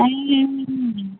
ᱦᱮᱸ